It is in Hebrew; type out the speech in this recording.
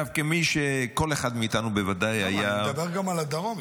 כל אחד מאיתנו בוודאי היה --- אני מדבר גם על הדרום,